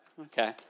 Okay